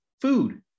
food